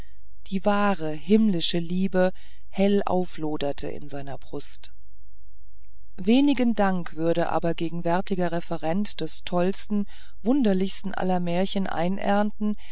die wahre himmlische liebe hell aufloderte in seiner brust wenigen dank würde aber gegenwärtiger referent des tollsten wunderlichsten aller märchen